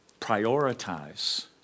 prioritize